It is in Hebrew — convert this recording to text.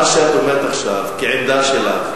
מה שאת אומרת עכשיו כעמדה שלך,